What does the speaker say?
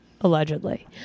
allegedly